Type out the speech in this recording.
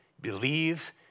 believe